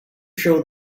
show